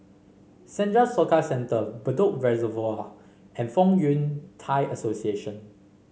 Senja Soka Centre Bedok Reservoir and Fong Yun Thai Association